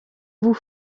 vous